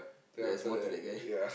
there's more to that guy